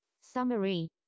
summary